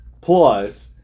plus